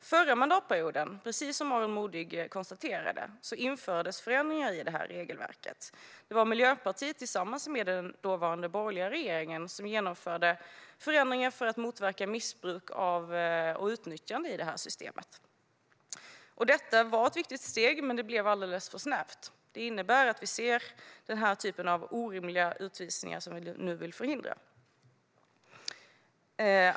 Förra mandatperioden infördes förändringar i regelverket, precis som Aron Modig konstaterade. Det var Miljöpartiet som tillsammans med den borgerliga regeringen genomförde förändringar för att motverka missbruk och utnyttjande av systemet. Det var ett viktigt steg. Men det blev alldeles för snävt. Det innebär att vi ser den typen av orimliga utvisningar som vi nu vill förhindra.